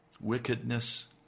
wickedness